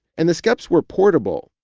and the skeps were portable.